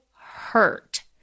hurt